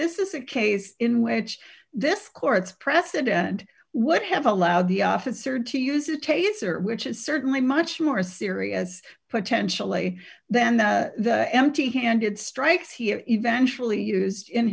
this is a case in which this court's precedent would have allowed the officer to use a taser which is certainly much more serious potentially than the empty handed strikes he is eventually used in